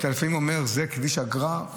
אתה לפעמים אומר: זה כביש אגרה?